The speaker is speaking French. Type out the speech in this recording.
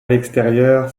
l’extérieur